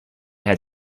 had